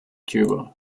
cuba